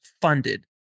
funded